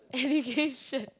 education